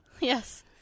Yes